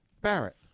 Barrett